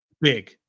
Big